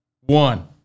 One